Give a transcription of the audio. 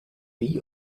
bee